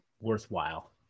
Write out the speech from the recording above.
worthwhile